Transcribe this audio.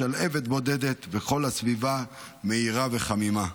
שלהבת בודדת וכל הסביבה מאירה וחמימה.